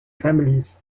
families